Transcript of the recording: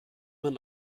man